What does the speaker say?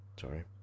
sorry